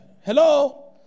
Hello